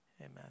amen